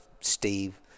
Steve